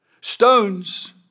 Stones